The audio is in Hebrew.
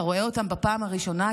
אתה רואה אותם בפעם הראשונה,